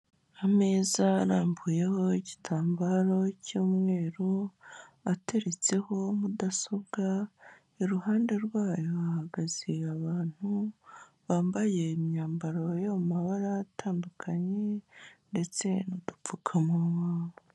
Ameza arambuyeho igitambaro cy'umweru, ateretseho mudasobwa, iruhande rwayo hahagaze abantu bambaye imyambaro yo mu mabara atandukanye ndetse n'udupfukamunwa.